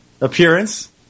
appearance